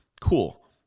Cool